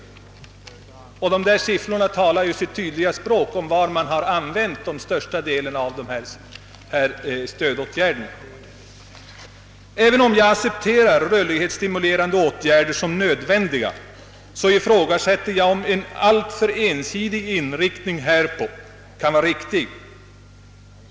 Dessa siffror talar ju sitt tydliga språk om var man har använt största delen av dessa stödåtgärder. Även om jag accepterar rörlighetsstimulerande åtgärder som nödvändiga, ifrågasätter jag om en alltför ensidig inriktning kan vara riktig.